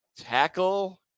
tackle